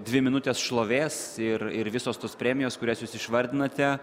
dvi minutės šlovės ir ir visos tos premijos kurias jūs išvardinote